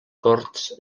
corts